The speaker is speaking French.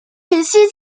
sixième